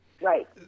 Right